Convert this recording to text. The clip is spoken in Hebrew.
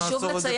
חשוב לי לציין.